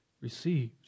received